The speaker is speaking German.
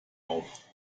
auf